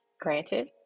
Granted